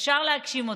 אפשר להגשים אותו.